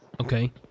Okay